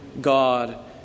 God